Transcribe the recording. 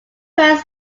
parents